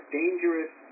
dangerous